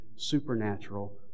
supernatural